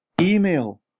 email